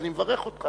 אני מברך אותך